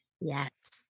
Yes